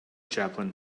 chaplain